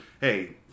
hey